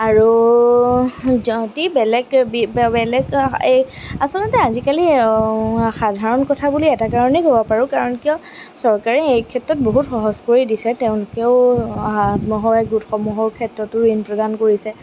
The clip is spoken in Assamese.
আৰু যদি বেলেগ বেলেগ এই আচলতে আজিকালি সাধাৰণ কথা বুলি এটা কাৰণেই ক'ব পাৰোঁ কাৰণ কিয় চৰকাৰে এইক্ষেত্ৰত বহুত সহজ কৰি দিছে তেওঁলোকেও আত্মসহায়ক গোটসমূহৰ ক্ষেত্ৰতো ঋণ প্ৰদান কৰিছে